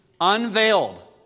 unveiled